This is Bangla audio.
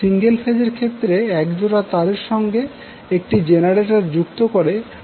সিঙ্গেল ফেজ এর ক্ষেত্রে এক জোড়া তারের সঙ্গে একটি জেনারেটর যুক্ত করে আমরা সিস্টেমটি তৈরি করেছি